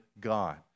God